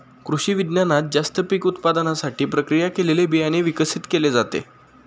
कृषिविज्ञानात जास्त पीक उत्पादनासाठी प्रक्रिया केलेले बियाणे विकसित केले जाते